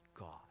God